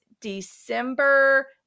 December